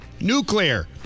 Nuclear